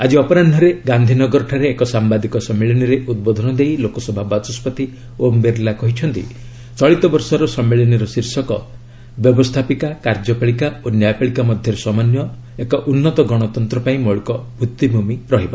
ଆଜି ଅପରାହୁରେ ଗାନ୍ଧିନଗର ଠାରେ ଏକ ସାମ୍ଘାଦିକ ସମ୍ମିଳନୀରେ ଉଦ୍ବୋଧନ ଦେଇ ଲୋକସଭା ବାଚସ୍କତି ଓମ୍ ବିର୍ଲା କହିଛନ୍ତି ଚଳିତ ବର୍ଷର ସମ୍ମିଳନୀର ଶୀର୍ଷକ ବ୍ୟବସ୍ଥାପିକା କାର୍ଯ୍ୟପାଳିକା ଓ ନ୍ୟାୟ ପାଳିକା ମଧ୍ୟରେ ସମନ୍ଧୟ ଏକ ଉନ୍ନତ ଗଣତନ୍ତ୍ର ପାଇଁ ମୌଳିକ ଭିଭିମି ରହିବ